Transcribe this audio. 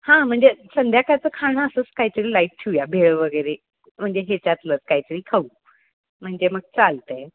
हां म्हणजे संध्याकाळचं खाणं असंच काहीतरी लाईट ठेऊया भेळ वगैरे म्हणजे ह्याच्यातलं काहीतरी खाऊ म्हणजे मग चालतं आहे